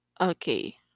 Okay